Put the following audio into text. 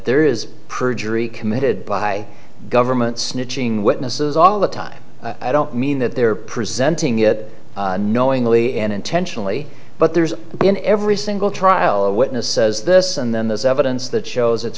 there is perjury committed by government snitching witnesses all the time i don't mean that they're presenting it knowingly and intentionally but there's been every single trial a witness says this and then there's evidence that shows it's